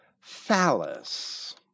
Phallus